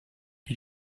you